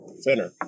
Center